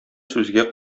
сүзгә